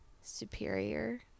superior